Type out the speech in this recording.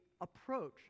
approach